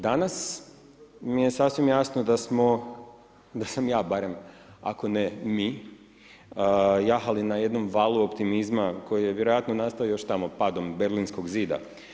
Danas mi je sasvim jasno da smo, da sam ja barem, ako ne mi, jahali na jednom valu optimizma koji je vjerojatno nastao još tamo padom Berlinskog zida.